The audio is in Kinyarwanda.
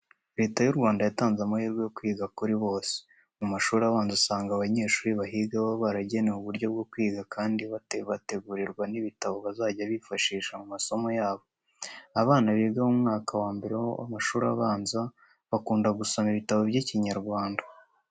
Leta y'u Rwanda yatanze amahirwe yo kwiga kuri bose. Mu mashuri abanza usanga abanyeshuri bahiga baba baragenewe uburyo bwo kwiga kandi bategurirwa n'ibitabo bizajya bibafasha mu masomo yabo. Abana biga mu mwaka wa mbere w'amshuri abanza bakunda gusoma ibitabo by'Ikinyarwanda.